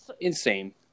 insane